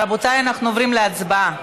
רבותיי, אנחנו עוברים להצבעה.